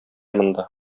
монда